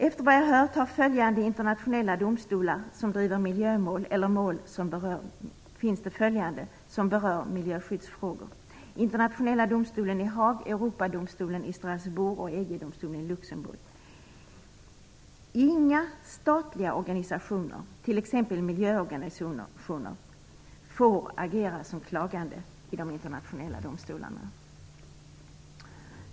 Efter vad jag har hört finns det följande internationella domstolar som berör miljöskyddsfrågor: Internationella domstolen i Haag, Europadomstolen i Inga statliga organisationer, t.ex. miljöorganisationer, får agera som klagande vid de internationella domstolarna.